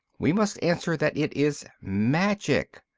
we must answer that it is magic.